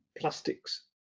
plastics